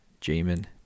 Jamin